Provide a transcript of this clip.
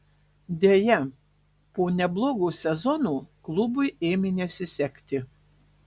deja po neblogo sezono klubui ėmė nesisekti